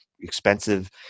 expensive